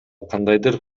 кандайдыр